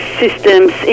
systems